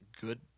Good